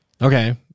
Okay